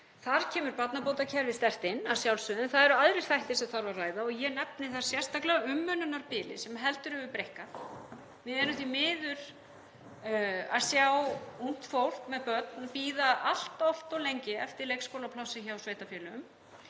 Þar kemur barnabótakerfið sterkt inn að sjálfsögðu en það eru aðrir þættir sem þarf að ræða og ég nefni þar sérstaklega umönnunarbilið sem heldur hefur breikkað. Við erum því miður að sjá ungt fólk með börn bíða allt of lengi eftir leikskólaplássi hjá sveitarfélögum.